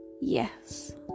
yes